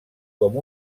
com